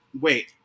Wait